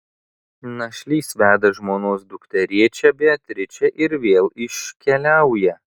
našlys veda žmonos dukterėčią beatričę ir vėl iškeliauja